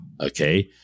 Okay